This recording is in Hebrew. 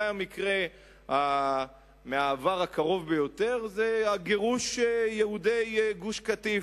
והמקרה מהעבר הקרוב ביותר הוא גירוש יהודי גוש-קטיף.